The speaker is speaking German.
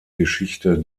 geschichte